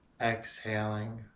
exhaling